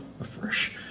afresh